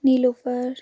نیٖلوفر